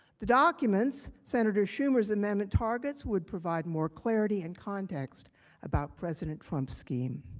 the documents, senator schumer's amendment targets, would provide more clarity and context about president trump's scheme.